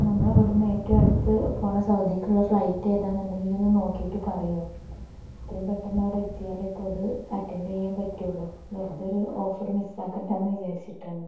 അപ്പം നമ്മളുടെ അവിടുന്ന് ഏറ്റവും അടുത്ത് പോകുന്ന സൗദിയിലേക്കുള്ള ഫ്ലൈറ്റ് ഏതാണെന്നുണ്ടെങ്കിൽ നീ ഒന്ന് നോക്കിയിട്ട് പറയുമോ എത്രയും പെട്ടെന്ന് അവിടെ എത്തിയാലേ ഇപ്പം അത് അറ്റൻ്റ് ചെയ്യാൻ പറ്റുകയുള്ളൂ വെറുതൊരു ഓഫർ മിസ്സാക്കണ്ടായെന്നു വിചാരിച്ചിട്ടാണ്